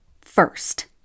First